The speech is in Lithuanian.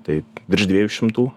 taip virš dviejų šimtų